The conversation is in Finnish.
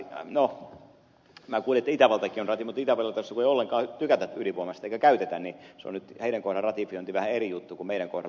minä kuulin että itävaltakin on ratifioinut mutta itävallassa kun ei ollenkaan tykätä ydinvoimasta eikä käytetä sitä niin heidän kohdallaan ratifiointi on vähän eri juttu kuin meidän kohdalla